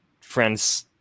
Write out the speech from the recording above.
friends